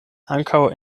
ankaŭ